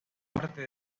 parte